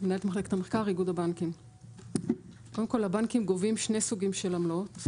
הבנקים גובים שני סוגים של עמלות.